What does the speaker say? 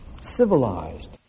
civilized